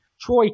Troy